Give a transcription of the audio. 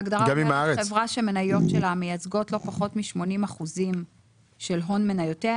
ההגדרה גם אם חברה שהמניות שלה מייצגות לא פחות מ-80% של הון מניותיה,